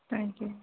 thank you